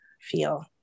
feel